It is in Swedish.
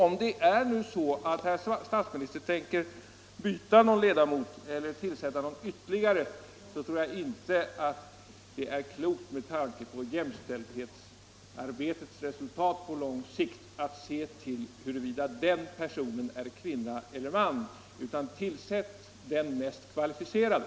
Om det nu är så att statsministern tänker byta ut någon ledamot eller tillsätta ytterligare någon ledamot, så tror jag med tanke på jämställdhetsarbetets resultat på lång sikt att det är klokt att inte se till huruvida den personen är kvinna eller man. Tillsätt den mest kvalificerade!